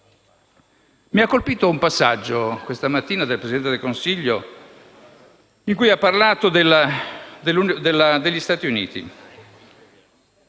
Mi ha colpito un passaggio questa mattina dell'intervento del Presidente del Consiglio in cui ha parlato degli Stati Uniti.